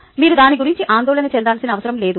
మీరు దాని గురించి ఆందోళన చెందాల్సిన అవసరం లేదు